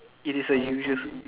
it is a usual